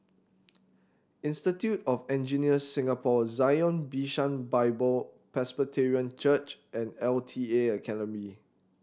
Institute of Engineers Singapore Zion Bishan Bible Presbyterian Church and L T A Academy